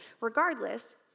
regardless